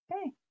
Okay